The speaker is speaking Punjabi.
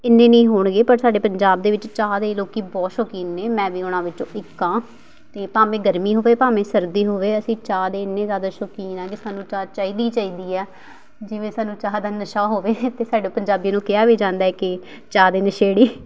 ਇੰਨੇ ਨਹੀਂ ਹੋਣਗੇ ਪਰ ਸਾਡੇ ਪੰਜਾਬ ਦੇ ਵਿੱਚ ਚਾਹ ਦੇ ਲੋਕ ਬਹੁਤ ਸ਼ੌਕੀਨ ਨੇ ਮੈਂ ਵੀ ਉਹਨਾਂ ਵਿੱਚੋਂ ਇੱਕ ਹਾਂ ਅਤੇ ਭਾਵੇਂ ਗਰਮੀ ਹੋਵੇ ਭਾਵੇਂ ਸਰਦੀ ਹੋਵੇ ਅਸੀਂ ਚਾਹ ਦੇ ਇੰਨੇ ਜ਼ਿਆਦਾ ਸ਼ੌਕੀਨ ਹਾਂ ਕਿ ਸਾਨੂੰ ਚਾਹ ਚਾਹੀਦੀ ਹੀ ਚਾਹੀਦੀ ਆ ਜਿਵੇਂ ਸਾਨੂੰ ਚਾਹ ਦਾ ਨਸ਼ਾ ਹੋਵੇ ਅਤੇ ਸਾਡੇ ਪੰਜਾਬੀਆਂ ਨੂੰ ਕਿਹਾ ਵੀ ਜਾਂਦਾ ਕਿ ਚਾਹ ਦੇ ਨਸ਼ੇੜੀ